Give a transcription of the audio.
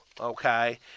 okay